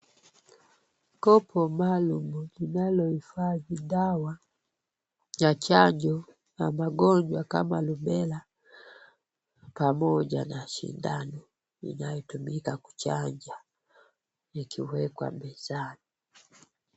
Kopo maalum linalohifadhi dawa ya chanjo ya magonjwa kama Rubella pamoja na sindano inayotumika kuchanja ikiwekwa mezani.